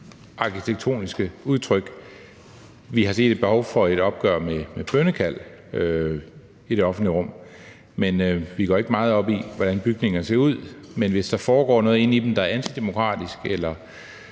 arkitektoniske udtryk. Vi har set et behov for et opgør med bønnekald i det offentlige rum, men vi går ikke meget op i, hvordan bygningerne ser ud. Men hvis der foregår noget inde i dem, der er antidemokratisk eller